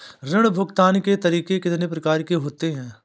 ऋण भुगतान के तरीके कितनी प्रकार के होते हैं?